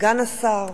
סגן השר,